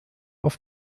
auf